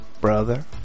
brother